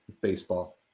Baseball